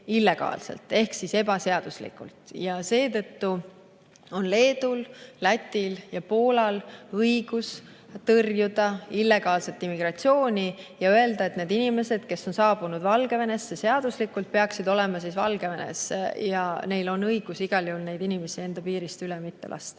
ehk siis ebaseaduslikult. Leedul, Lätil ja Poolal on õigus tõrjuda illegaalset immigratsiooni ja öelda, et need inimesed, kes on saabunud Valgevenesse seaduslikult, peaksid olema Valgevenes. Neil on igal juhul õigus neid inimesi enda piirist üle mitte lasta.